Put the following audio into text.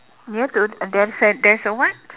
near to uh there's an there's a what